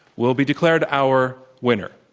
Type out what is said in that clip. will be declared our winner.